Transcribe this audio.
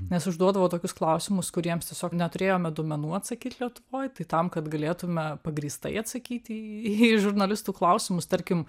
nes užduodavo tokius klausimus kuriems tiesiog neturėjome duomenų atsakyt lietuvoj tai tam kad galėtume pagrįstai atsakyti į žurnalistų klausimus tarkim